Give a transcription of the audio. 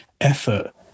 effort